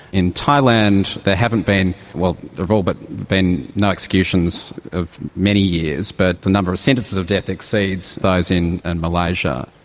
in thailand there haven't been, well, there have all but been no executions of many years, but the number of sentences of death exceeds those in and malaysia.